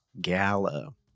Gallo